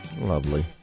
Lovely